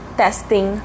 testing